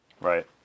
Right